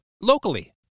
locally